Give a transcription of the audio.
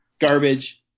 garbage